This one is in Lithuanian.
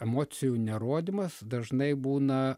emocijų nerodymas dažnai būna